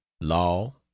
law